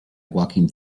walking